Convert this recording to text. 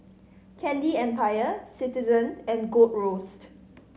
Candy Empire Citizen and Gold Roast